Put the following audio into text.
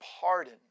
pardon